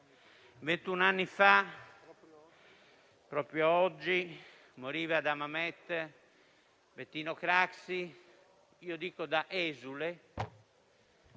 anni fa, proprio oggi, moriva ad Hammamet Bettino Craxi, io dico da esule.